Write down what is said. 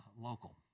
local